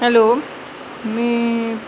hello मी